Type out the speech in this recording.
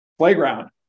playground